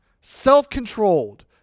self-controlled